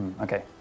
Okay